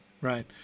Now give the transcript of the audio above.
right